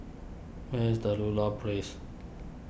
where is the Ludlow Place